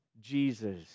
Jesus